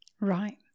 Right